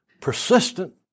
persistent